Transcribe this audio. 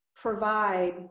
provide